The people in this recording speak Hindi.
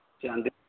चाँदी